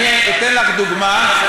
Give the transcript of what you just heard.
אני אתן לך דוגמה.